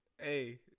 Hey